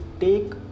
take